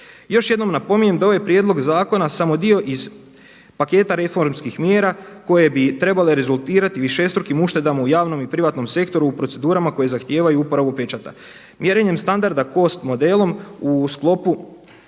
Još jednom napominjem da ovaj prijedlog zakona samo dio iz paketa reformskih mjera koje bi trebale rezultirati višestrukim uštedama u javnom i privatnom sektoru u procedurama koje zahtijevaju uporabu pečata. Mjerenjem standarda cost modelom u sklopu